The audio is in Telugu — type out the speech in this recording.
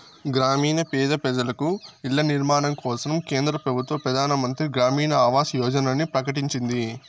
గ్రామీణ పేద పెజలకు ఇల్ల నిర్మాణం కోసరం కేంద్ర పెబుత్వ పెదానమంత్రి గ్రామీణ ఆవాస్ యోజనని ప్రకటించింది